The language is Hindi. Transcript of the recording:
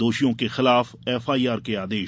दोषियों के खिलाफ एफआईआर के आदेश